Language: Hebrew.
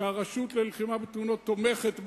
שהרשות למלחמה בתאונות תומכת בה.